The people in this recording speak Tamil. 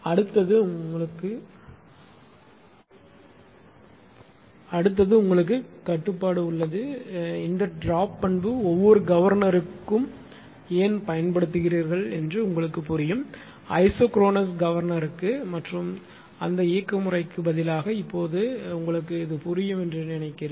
அடுத்தது உங்களுக்கு கட்டுப்பாடு உள்ளது இந்த ட்ரோப் பண்பு ஒவ்வொரு கவர்னருக்கு ஏன் பயன்படுத்துகிறார்கள் என்று புரியும் ஐசோக்ரோனஸ் கவர்னருக்கு மற்றும் அந்த பொறிமுறைக்கு பதிலாக இப்போது உங்களுக்கு புரியும் என்று நினைக்கிறேன்